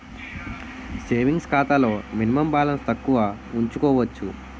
savings ఖాతాలో minimum balance తక్కువ ఉంచుకోవచ్చు